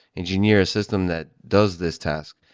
engineer a system that does this task,